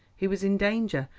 he was in danger,